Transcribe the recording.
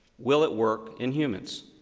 will it work in humans?